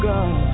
God